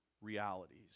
realities